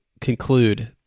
conclude